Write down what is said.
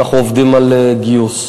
ואנחנו עובדים על גיוס.